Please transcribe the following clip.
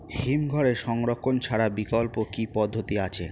হিমঘরে সংরক্ষণ ছাড়া বিকল্প কি পদ্ধতি আছে?